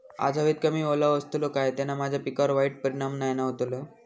आज हवेत कमी ओलावो असतलो काय त्याना माझ्या पिकावर वाईट परिणाम नाय ना व्हतलो?